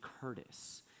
Curtis